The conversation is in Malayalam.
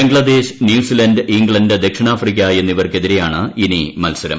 ബംഗ്ലാദേശ് ന്യൂസിലാന്റ് ഇംഗ്ലണ്ട് ദക്ഷിണാഫ്രിക്ക എന്നിവർക്കെതിരെയാണ് ഇനി മത്സരം